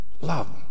love